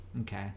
Okay